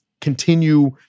continue